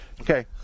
Okay